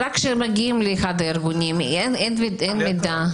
רק כשהם מגיעים לאחד הארגונים, אין מידע.